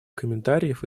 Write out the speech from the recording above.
комментариев